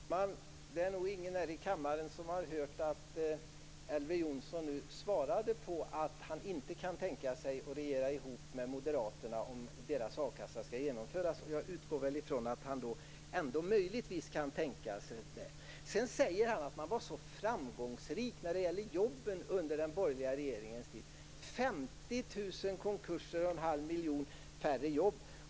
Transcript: Herr talman! Det är nog ingen här i kammaren som har hört att Elver Jonsson nu svarade att han inte kan tänka sig att regera ihop med moderaterna, om deras a-kassa skall genomföras. Jag utgår från att han möjligtvis kan tänka sig det. Sedan säger Elver Jonsson att man var framgångsrik när det gäller jobben under den borgerliga regeringens tid - 50 000 konkurser och en halv miljon färre jobb!